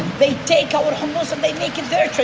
they take our hummus and they make it their